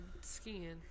skin